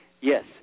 yes